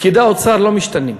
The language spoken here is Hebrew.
פקידי האוצר לא משתנים.